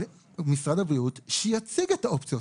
אבל משרד הבריאות שיציג את האופציות.